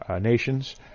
nations